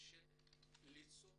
ליצור